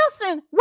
wilson